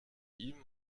ihm